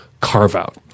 carve-out